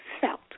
felt